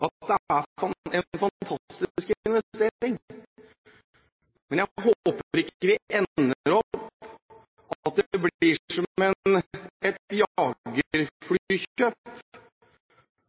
at det er en fantastisk investering. Men jeg håper vi ikke ender opp med at det blir som et